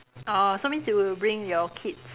orh so means you bring your kids